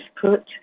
put